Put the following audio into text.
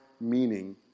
meaning